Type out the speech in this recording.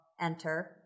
Enter